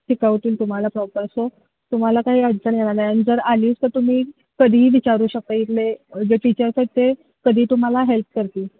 शिकवतील तुम्हाला proper so तुम्हाला काही अडचण येणार नाही आणि जर आलीच तर तुम्ही कधीही विचारू शकता इथले जे टीचर्स आहेत ते कधीही तुम्हाला हेल्प करतील